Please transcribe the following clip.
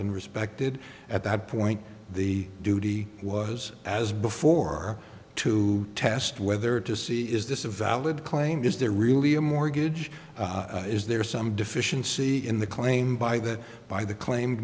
been respected at that point the duty was as before to test whether to see is this a valid claim is there really a mortgage is there some deficiency in the claim by that by the claimed